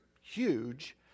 huge